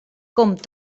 com